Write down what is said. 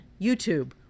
YouTube